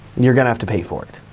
you're gonna have to pay for it.